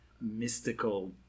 mystical